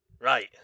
Right